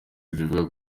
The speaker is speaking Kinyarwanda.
zivuga